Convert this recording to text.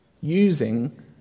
using